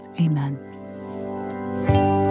Amen